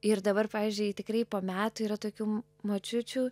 ir dabar pavyzdžiui tikrai po metų yra tokių močiučių